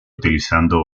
utilizando